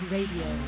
Radio